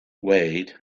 weighed